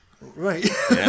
Right